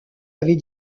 avait